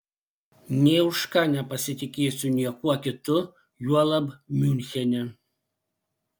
nė už ką nepasitikėsiu niekuo kitu juolab miunchene